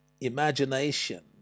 imagination